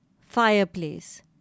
Fireplace